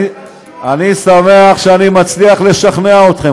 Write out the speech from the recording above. ברגע שאני מצליח לשכנע אותך,